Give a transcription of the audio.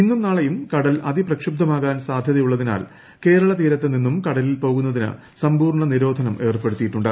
ഇന്നും നാളെയും കടൽ അതിപ്രക്ഷുബ്ധമാകാൻ സാധൃതയുള്ളതിനാൽ കേരളതീരത്തു നിന്നും കടലിൽ പോകുന്നതിന് സമ്പൂർണ്ണ നിരോധനം ഏർപ്പെടുത്തിയിട്ടുണ്ട്